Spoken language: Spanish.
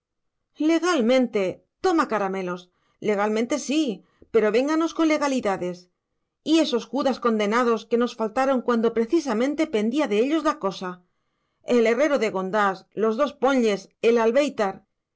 legalmente toma caramelos legalmente sí pero vénganos con legalidades y esos judas condenados que nos faltaron cuando precisamente pendía de ellos la cosa el herrero de gondás los dos ponlles el